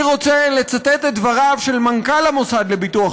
אני רוצה לצטט את דבריו של מנכ"ל המוסד לביטוח